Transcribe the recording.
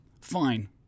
Fine